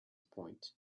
point